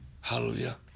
hallelujah